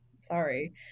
sorry